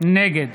נגד